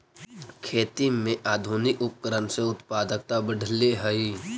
खेती में आधुनिक उपकरण से उत्पादकता बढ़ले हइ